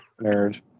Nerd